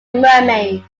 mermaid